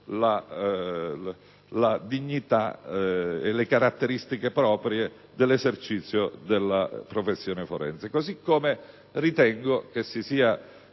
la dignità e le caratteristiche proprie dell'esercizio della professione forense. Così come ritengo che si sia